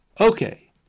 Okay